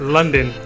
London